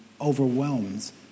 overwhelms